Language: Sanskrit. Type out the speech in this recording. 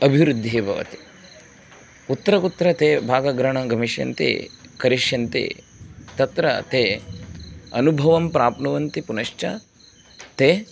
अभिवृद्धिः भवति कुत्र कुत्र ते भागग्रहणं गमिष्यन्ति करिष्यन्ति तत्र ते अनुभवं प्राप्नुवन्ति पुनश्च ते